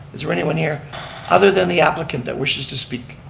is there anyone here other than the applicant that wishes to speak?